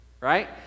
right